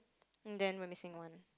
then we are missing one